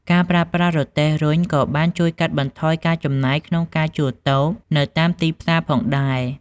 ការប្រើប្រាស់រទេះរុញក៏បានជួយកាត់បន្ថយការចំណាយក្នុងការជួលតូបនៅតាមទីផ្សារផងដែរ។